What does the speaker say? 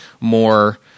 more